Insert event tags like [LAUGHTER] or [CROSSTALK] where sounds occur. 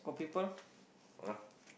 [NOISE] !huh!